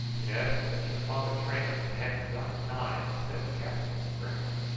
yes, but your father's rams hadn't got knives, said the captain grimly.